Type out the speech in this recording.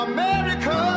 America